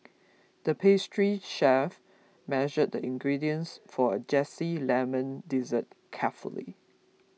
the pastry chef measured the ingredients for a Zesty Lemon Dessert carefully